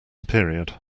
period